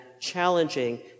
challenging